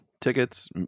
tickets